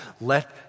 let